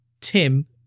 Tim